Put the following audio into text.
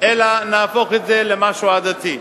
אלא נהפוך את זה למשהו עדתי.